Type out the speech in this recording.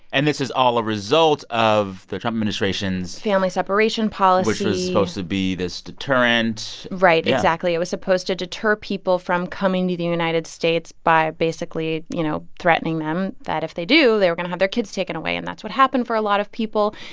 and this is all a result of the trump administration's. family separation policy. which supposed to be this deterrent right exactly yeah it was supposed to deter people from coming to the united states by basically, you know, threatening them that if they do, they were going to have their kids taken away. and that's what happened for a lot of people.